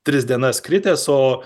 tris dienas kritęs o